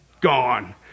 gone